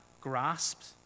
grasped